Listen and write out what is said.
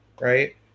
right